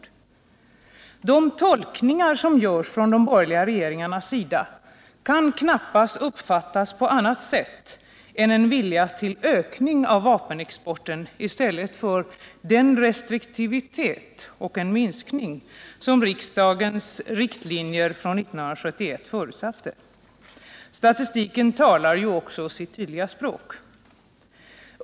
De tolkningar av riktlinjerna från 1971 som görs från de borgerliga regeringarnas sida kan knappast uppfattas på annat sätt än som en vilja till ökning av vapenexporten i stället för den restriktivitet och minskning som riktlinjerna förutsatte.